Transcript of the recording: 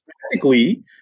Practically